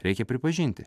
reikia pripažinti